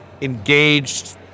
engaged